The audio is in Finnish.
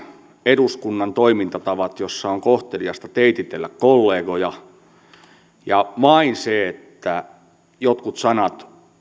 eduskunnan toimintatavat joissa on kohteliasta teititellä kollegoja ja vain se että jotkut sanat